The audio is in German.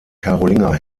karolinger